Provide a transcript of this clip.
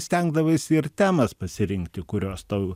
stengdavaisi ir temas pasirinkti kurios tau